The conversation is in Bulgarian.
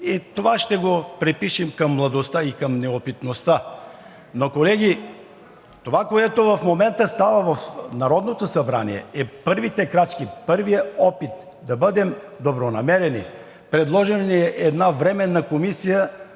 Това ще го припишем към младостта и неопитността. Колеги, това, което в момента става в Народното събрание, са първите крачки, първият опит да бъдем добронамерени. Предложена Ви е една Временна комисия